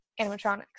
animatronics